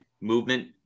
movement